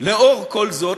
לאור כל זאת,